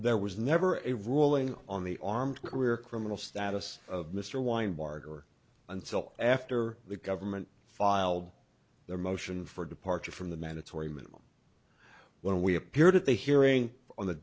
there was never a ruling on the armed career criminal status of mr weinberger until after the government filed their motion for departure from the mandatory minimum when we appeared at the hearing on the